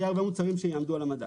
מוצרים שיעמדו על המדף.